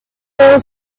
all